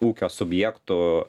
ūkio subjektų